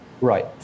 Right